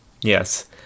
yes